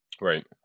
Right